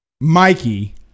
Mikey